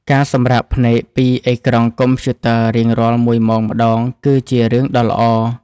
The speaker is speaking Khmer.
ការសម្រាកភ្នែកពីអេក្រង់កុំព្យូទ័ររៀងរាល់មួយម៉ោងម្ដង គឺជារឿងដ៏ល្អ។